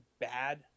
bad